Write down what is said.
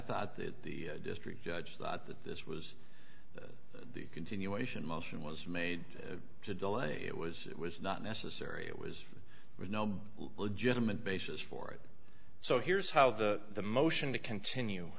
thought that the district judge thought that this was the continuation motion was made to delay it was it was not necessary it was with no legitimate basis for it so here's how the motion to continue